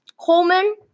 Coleman